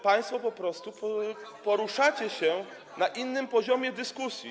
Państwo po prostu poruszacie się na innym poziomie dyskusji.